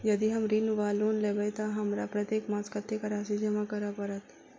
यदि हम ऋण वा लोन लेबै तऽ हमरा प्रत्येक मास कत्तेक राशि जमा करऽ पड़त?